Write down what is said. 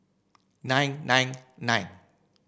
nine nine nine